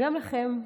וגם לכם,